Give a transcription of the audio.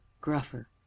gruffer